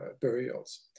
burials